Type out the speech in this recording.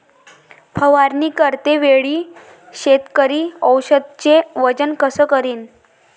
फवारणी करते वेळी शेतकरी औषधचे वजन कस करीन?